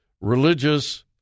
religious